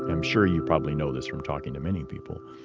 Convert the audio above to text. i'm sure you probably know this from talking to many people.